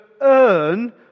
earn